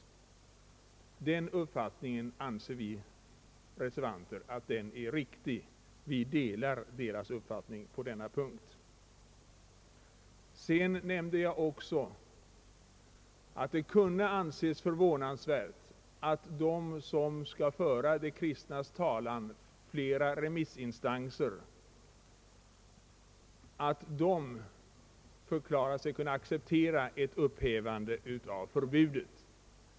Den uppfattningen anser vi reservanter vara riktig. Vidare framhöll jag att det kan anses förvånansvärt att flera remissinstanser, som skall föra de kristnas talan, förklarat sig kunna acceptera förbudets upphävande.